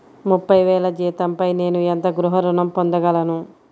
ముప్పై వేల జీతంపై నేను ఎంత గృహ ఋణం పొందగలను?